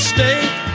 State